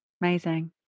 amazing